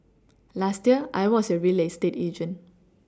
last year I was your real estate agent